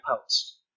post